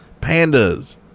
Pandas